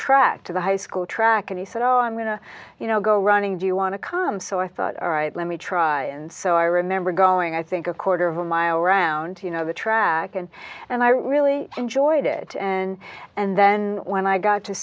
track to the high school track and he said oh i'm going to you know go running do you want to come so i thought all right let me try and so i remember going i think a quarter of a mile around the track and and i really enjoyed it and and then when i got to